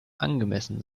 angemessen